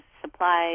supplies